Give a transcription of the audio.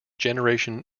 generation